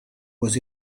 was